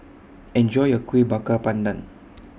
Enjoy your Kuih Bakar Pandan